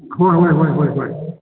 ꯍꯣꯏ ꯍꯣꯏ ꯍꯣꯏ ꯍꯣꯏ ꯍꯣꯏ